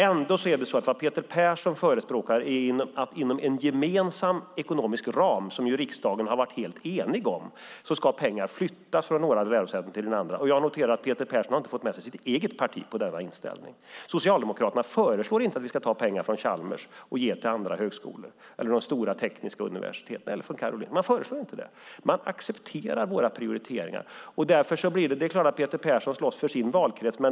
Vad Peter Persson förespråkar är att man inom en gemensam ekonomisk ram som riksdagen har varit helt enig om ska flytta pengar från några lärosäten till andra. Jag noterar att Peter Persson inte har fått med sig sitt egen parti på den inställningen. Socialdemokraterna föreslår inte att vi ska ta pengar från Chalmers och ge till andra högskolor, de stora tekniska universiteten eller Karolinska Institutet, utan man accepterar våra prioriteringar. Det är klart att Peter Persson slåss för sin valkrets.